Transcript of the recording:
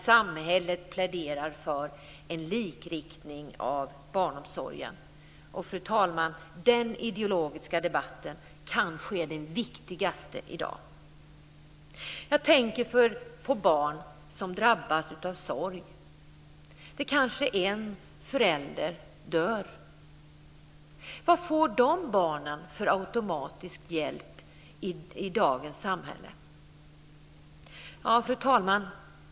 Samhället pläderar för en likriktning av barnomsorgen. Fru talman! Den här ideologiska debatten kanske är den viktigaste i dag. Jag tänker på barn som drabbas av sorg. Det är kanske en förälder som dör. Vad får dessa barn för automatisk hjälp i dagens samhälle? Fru talman!